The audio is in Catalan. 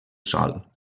sòl